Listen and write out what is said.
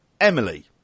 Emily